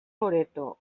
loreto